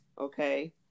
okay